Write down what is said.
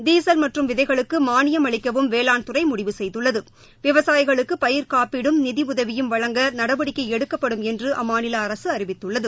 diesel மற்றும் விதைகளுக்கு மாவியம் அளிக்கவும் வேளாண்துறை முடிவு செய்துள்ளது விவசாயிகளுக்கு பயிர்க்காப்பீடும் நிதி உதவியும் வழங்க நடவடிக்கை எடுக்கப்படும் என்று அம்மாநில அரசு அறிவித்துள்ளது